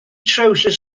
trywsus